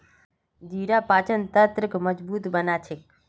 जीरा पाचन तंत्रक मजबूत बना छेक